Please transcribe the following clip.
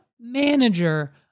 manager